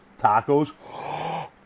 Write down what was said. tacos